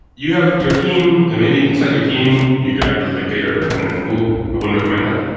you have your team and maybe inside your team you could act as a dictator and then rule. i wouldn't recommend that.